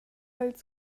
ils